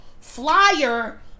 flyer